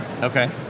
Okay